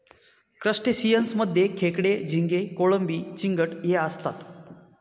crustaceans मध्ये खेकडे, झिंगे, कोळंबी, चिंगट हे असतात